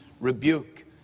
rebuke